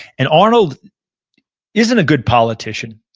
and arnold isn't a good politician.